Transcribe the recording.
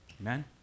Amen